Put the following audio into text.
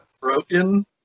broken